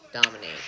dominate